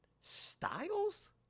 styles